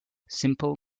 simple